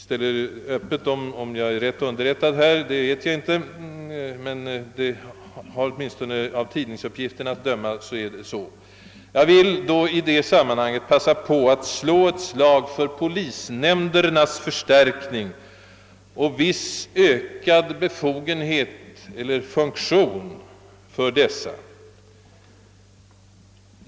Huruvida jag är riktigt underrättad härvidlag vet jag inte, men åtminstone att döma av tidningsuppgifterna är det så. Jag vill då i detta sammanhang begagna tillfället att slå ett slag för en förstärkning av polisnämnderna och för vissa ökade funktionsmöjligheter för dessa.